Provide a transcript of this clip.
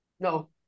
No